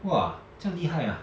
!wah! 这样厉害啊